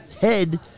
head